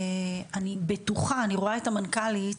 אני בטוחה, אני רואה את המנכ"לית